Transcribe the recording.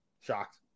Shocked